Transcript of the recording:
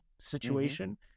situation